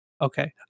okay